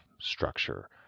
structure